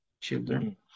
children